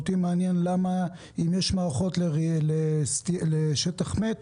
אותי מעניין אם יש מערכות לשטח מת,